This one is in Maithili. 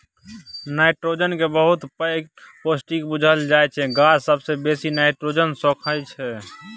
नाइट्रोजन केँ बहुत पैघ पौष्टिक बुझल जाइ छै गाछ सबसँ बेसी नाइट्रोजन सोखय छै